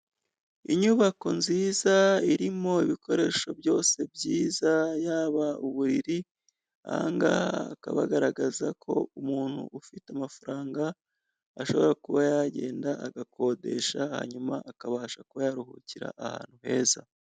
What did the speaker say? Inyubako nziza irimo ibikoresho byose byiza yaba uburiri, aha ngaha hakaba hagaragaza ko umuntu ufite amafaranga ashobora kuba yagenda agakodesha, hanyuma akabasha kuba yaruhukira ahantu heza.